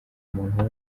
muntu